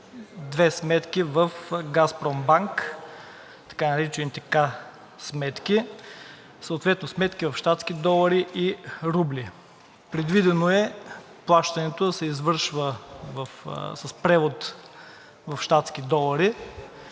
две сметки в „Газпромбанк“ – така наречените К сметки, съответно сметки в щатски долари и в рубли. Предвидено е плащането да се извършва с превод в щатски долари,